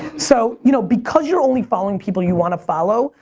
so you know because you're only following people you wanna follow,